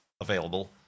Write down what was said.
available